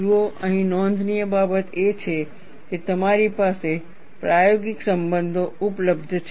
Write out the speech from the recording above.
જુઓ અહીં નોંધનીય બાબત એ છે કે તમારી પાસે પ્રાયોગિક સંબંધો ઉપલબ્ધ છે